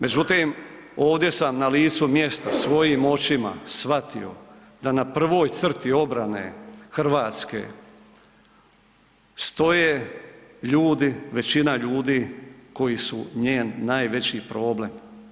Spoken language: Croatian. Međutim, ovdje sam na licu mjesta svojim očima shvatio da na prvoj crti obrane Hrvatske stoje ljudi, većina ljudi koji su njen najveći problem.